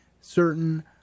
certain